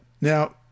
Now